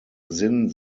sinn